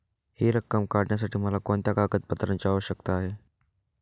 हि रक्कम काढण्यासाठी मला कोणत्या कागदपत्रांची आवश्यकता आहे?